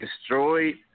destroyed